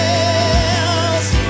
else